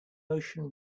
motion